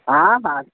हा हा